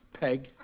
Peg